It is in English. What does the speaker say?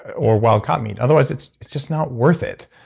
or wild-caught meat. otherwise, it's it's just not worth it.